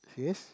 yes